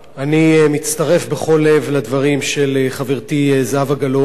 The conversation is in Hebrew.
אני מצטרף בכל לב לדברים של חברתי זהבה גלאון,